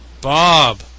Bob